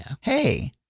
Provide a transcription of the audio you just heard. hey